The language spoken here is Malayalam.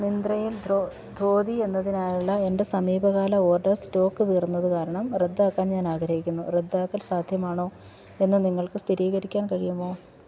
മിന്ത്രയിൽ ധോതി എന്നതിനായുള്ള എൻ്റെ സമീപകാല ഓർഡർ സ്റ്റോക്ക് തീർന്നത് കാരണം റദ്ദാക്കാൻ ഞാനാഗ്രഹിക്കുന്നു റദ്ദാക്കൽ സാധ്യമാണോ എന്ന് നിങ്ങൾക്ക് സ്ഥിരീകരിക്കാൻ കഴിയുമോ